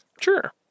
Sure